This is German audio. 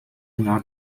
nach